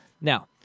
Now